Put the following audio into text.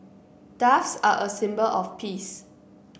doves are a symbol of peace